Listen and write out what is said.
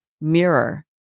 mirror